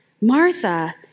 Martha